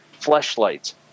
Fleshlight